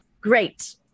Great